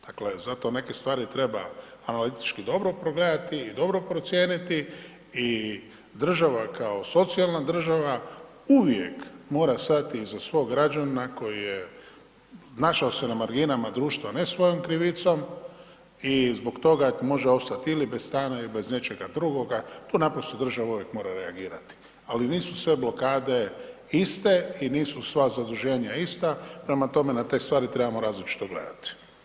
Dakle, zato neke stvari treba analitički dobro pregledati i dobro procijeniti i država kao socijalna država uvijek mora stati iza svog građana koji je našao se na marginama društva ne svojom krivicom i zbog toga može ostati ili bez stana ili bez nečega drugoga, tu naprosto država uvijek mora reagirati, ali nisu sve blokade iste i nisu sva zaduženja ista, prema tome na te stvari trebamo različito gledati.